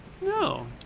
No